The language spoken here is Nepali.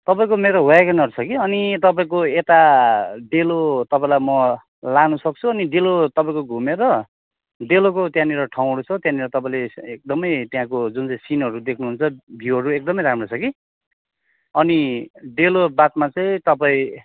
तपाईँको मेरो वेगनर छ कि अनि तपाईँको यता डेलो तपाईँलाई म लानु सक्छु अनि डेलो तपाईँको घुमेर डेलोको त्यहाँनिर ठाउँहरू छ त्यहाँनिर तपाईँले एकदमै त्यहाँको जुन चाहिँ सिनहरू देख्नुहुन्छ भ्यूहरू एकदमै राम्रो छ कि अनि डेलो बादमा चाहिँ तपाईँ